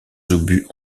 obus